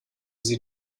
sie